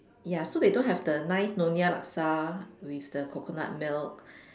ya so they don't have the nice Nyonya laksa with the coconut milk